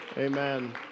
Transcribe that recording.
Amen